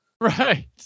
Right